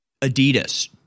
Adidas